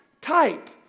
type